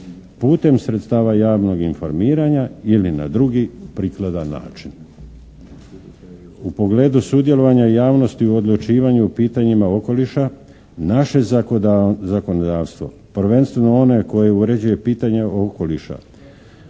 putem sredstava javnog informiranja ili na drugi prikladan način. U pogledu sudjelovanja javnosti u odlučivanju o pitanjima okoliša naše zakonodavstvo, prvenstveno one koji uređuje pitanja okoliša